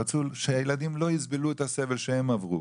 רצו שהילדים לא יסבלו את הסבל שהם עברו.